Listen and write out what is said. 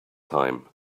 time